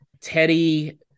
teddy